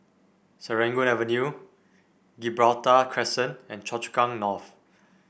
Serangoon Avenue Gibraltar Crescent and Choa Chu Kang North